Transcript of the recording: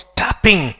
tapping